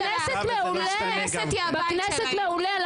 בכנסת מעולה,